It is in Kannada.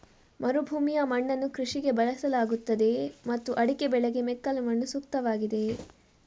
ಮರುಭೂಮಿಯ ಮಣ್ಣನ್ನು ಕೃಷಿಗೆ ಬಳಸಲಾಗುತ್ತದೆಯೇ ಮತ್ತು ಅಡಿಕೆ ಬೆಳೆಗೆ ಮೆಕ್ಕಲು ಮಣ್ಣು ಸೂಕ್ತವಾಗಿದೆಯೇ?